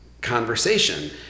conversation